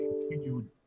continued